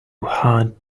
hard